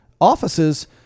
offices